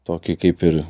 tokį kaip ir